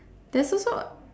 there is also